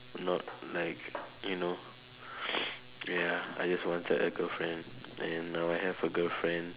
not like you know ya I just wanted a girlfriend and now I have a girlfriend